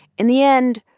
in the end,